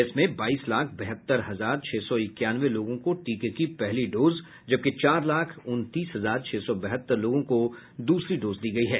इसमें बाईस लाख बहत्तर हजार छह सौ इक्यानवे लोगों को टीके की पहली डोज जबकि चार लाख उनतीस हजार छह सौ बहत्तर लोगों को द्रसरी डोज दी गयी है